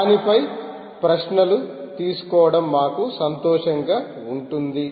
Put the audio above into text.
దీని పై ప్రశ్నలు తీసుకోవడం మాకు సంతోషంగా ఉంటుంది